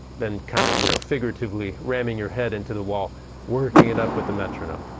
than kind of you know figuratively ramming your head into the wall working it up with the metronome.